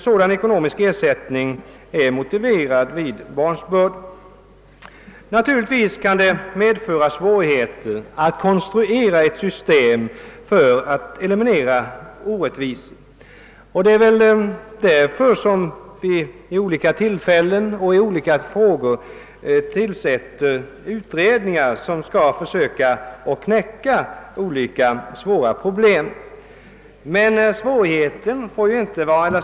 Sådan ekonomisk ersättning är motiverad vid barnsbörd. Naturligtvis kan det vara svårt att konstruera ett system som eliminerar orättvisor. Men det är väl just för att man skall knäcka svåra problem som vi tillsätter utredningar i olika frågor.